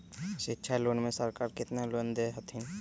शिक्षा लोन में सरकार केतना लोन दे हथिन?